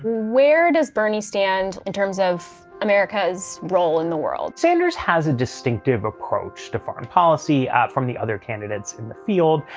where does bernie stand in terms of america's role in the world? sanders has a distinctive approach to foreign policy from the other candidates in the field.